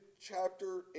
chapter